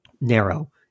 narrow